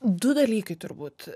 du dalykai turbūt